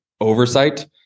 oversight